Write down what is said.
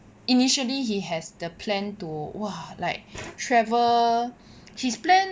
initially he has the plan to !wah! like travel his plan